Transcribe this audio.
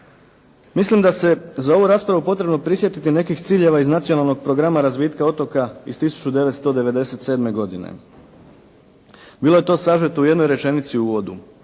Mislim da se za ovu raspravu potrebno prisjetiti nekih ciljeva iz Nacionalnog programa razvitka otoka iz 1997. godine. Bilo je to sažeto u jednoj rečenici u uvodu